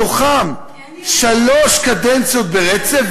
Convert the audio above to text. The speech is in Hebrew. ומתוכן שלוש קדנציות ברצף,